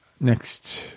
next